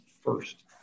first